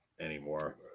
anymore